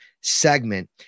segment